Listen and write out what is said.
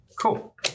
Cool